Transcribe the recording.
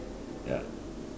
ya